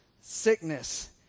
sickness